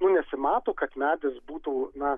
nu nesimato kad medis būtų na